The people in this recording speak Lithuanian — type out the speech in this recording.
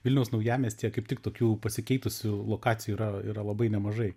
vilniaus naujamiestyje kaip tik tokių pasikeitusių lokacijų yra yra labai nemažai